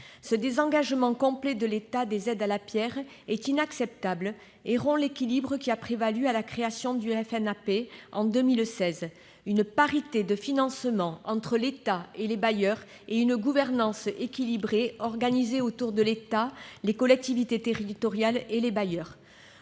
Le désengagement complet de l'État des aides à la pierre est inacceptable et rompt l'équilibre qui a prévalu à la création du FNAP en 2016 : une parité de financement entre l'État et les bailleurs, et une gouvernance équilibrée organisée autour de l'État, des collectivités territoriales et des bailleurs.